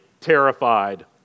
terrified